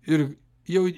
ir jau